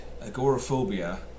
agoraphobia